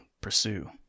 pursue